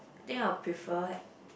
I think I'll prefer